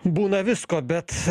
būna visko bet